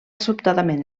sobtadament